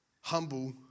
humble